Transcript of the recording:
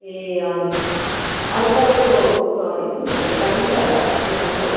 ए हजुर अनि तपाईँको ऊ यसमा इस्कुसहरू पाइन्छ होला दोकानमा